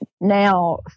now